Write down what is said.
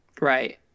Right